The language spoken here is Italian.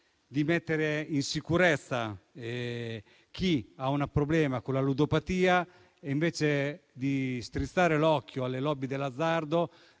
di mettere in sicurezza chi ha un problema con la ludopatia, strizza l'occhio alle *lobby* dell'azzardo,